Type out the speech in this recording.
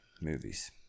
movies